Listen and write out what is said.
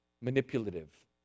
manipulative